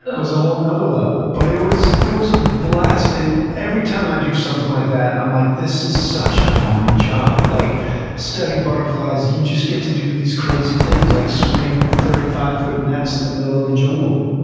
was a whole and other level. but it was it was a blast and every time i do something like that i'm like, this is such a fun job! like studying butterflies, you just get to do these crazy things like swing thirty five foot and nets in the middle of the jungle.